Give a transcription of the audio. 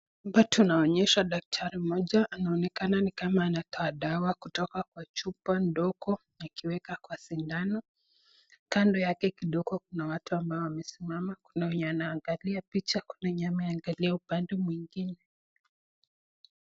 Hapa tunaonyeshwa daktari mmoja anaonekana ni kama anatoa dawa kutoka kwa chupa ndogo akiweka kwa sindano. Kando yake kidogo kuna watu ambao wamesimama kuna wenye wanaangalia picha, kuna wenye wameangalia upande mwengine.